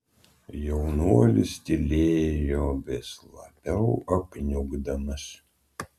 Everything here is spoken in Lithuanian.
jaunuolis tylėjo vis labiau apniukdamas